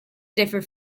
differ